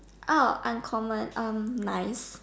orh uncommon um nice